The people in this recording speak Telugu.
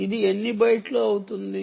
ఇది ఎన్ని బైట్లు అవుతుంది